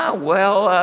ah well,